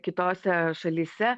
kitose šalyse